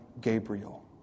Gabriel